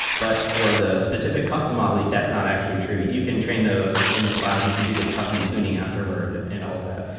but for the specific custom model, that's not actually true. you can train those in the cloud. you can do the custom tuning afterward and all of that.